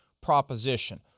proposition